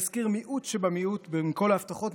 אני אזכיר מיעוט שבמיעוט מכל ההבטחות,